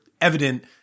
evident